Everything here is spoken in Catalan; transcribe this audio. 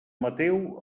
mateu